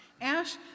Ash